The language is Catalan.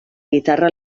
guitarra